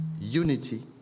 unity